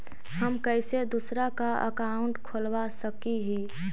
हम कैसे दूसरा का अकाउंट खोलबा सकी ही?